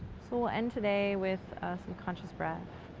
so we'll end today with some conscious breath.